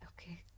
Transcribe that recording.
Okay